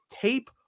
tape